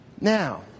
Now